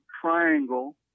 TRIANGLE